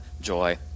joy